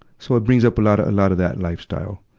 so it brings up a lot of, a lot of that lifestyle.